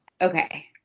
Okay